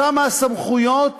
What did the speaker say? שם הסמכויות